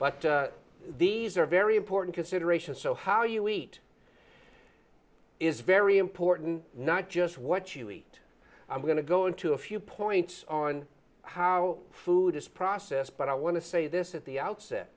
but these are very important considerations so how you eat is very important not just what you eat i'm going to go into a few points on how food is process but i want to say this at the outset